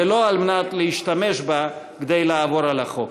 ולא על מנת להשתמש בה כדי לעבור על החוק.